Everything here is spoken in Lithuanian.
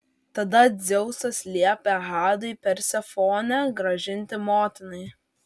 tada dzeusas liepė hadui persefonę grąžinti motinai